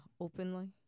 openly